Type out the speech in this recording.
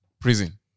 prison